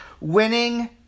winning